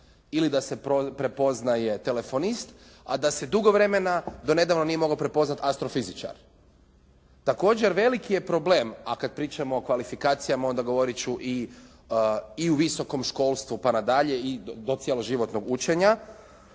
ili da se prepoznaje telefonist a da se dugo vremena do nedavno nije mogao prepoznati astrofizičar. Također veliki je problem, a kada pričamo o kvalifikacijama onda govoriti ću i o visokom školstvu pa na dalje i do cjeloživotnog učenja,